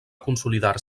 consolidar